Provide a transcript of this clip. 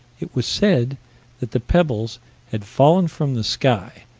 it was said that the pebbles had fallen from the sky,